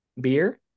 beer